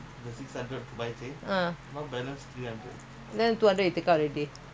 you will ready one ah ah I will ready one ah